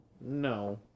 No